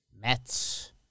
Mets